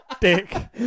Dick